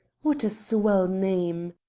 what a swell name!